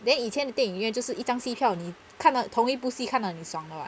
then 以前的电影院就是一张戏票你看到同一部戏看到你爽的 [what]